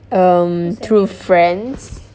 um through friends